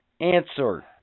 Answer